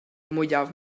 mwyaf